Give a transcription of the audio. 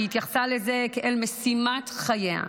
היא התייחסה לזה כאל משימת חייה.